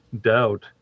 doubt